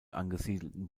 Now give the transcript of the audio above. angesiedelten